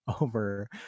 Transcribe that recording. over